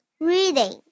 reading